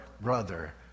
brother